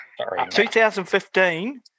2015